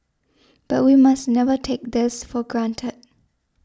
but we must never take this for granted